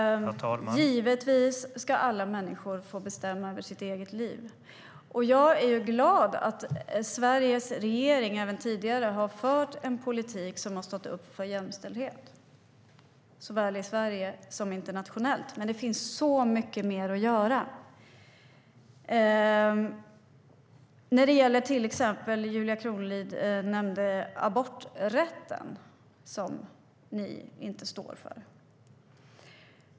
Tack! Givetvis ska alla människor få bestämma över sitt eget liv. Jag är glad att Sveriges regering även tidigare har fört en politik som har stått upp för jämställdhet såväl i Sverige som internationellt. Men det finns så mycket mer att göra. Julia Kronlid nämnde aborträtten, som ni inte står för.